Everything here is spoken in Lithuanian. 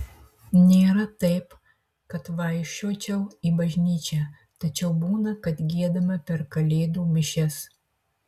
nėra taip kad vaikščiočiau į bažnyčią tačiau būna kad giedame per kalėdų mišias